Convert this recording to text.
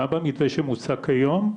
גם במתווה שמוצא כהיום,